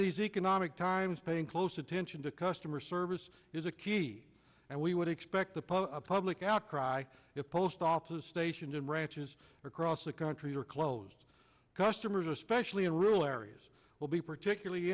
these economic times paying close attention to customer service is a key and we would expect the pile of public outcry if post offices stationed in ranches across the country are closed customers especially in rural areas will be particularly